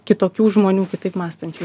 kitokių žmonių kitaip mąstančių